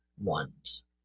ones